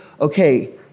okay